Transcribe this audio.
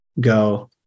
go